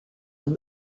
and